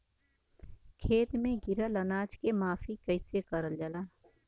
खेत में गिरल अनाज के माफ़ी कईसे करल जाला?